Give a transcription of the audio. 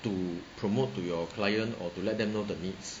to promote to your client or to let them know the needs